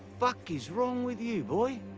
fuck is wrong with you boy?